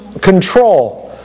control